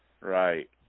Right